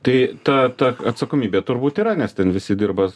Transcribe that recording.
tai ta ta atsakomybė turbūt yra nes ten visi dirba